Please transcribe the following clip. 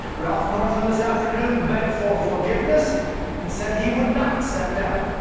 ralph northam this afternoon begged for forgiveness and said he would not step down.